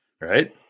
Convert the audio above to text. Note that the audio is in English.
Right